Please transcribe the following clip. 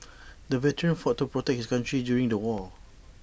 the veteran fought to protect his country during the war